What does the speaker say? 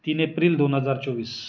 तीन एप्रिल दोन हजार चोवीस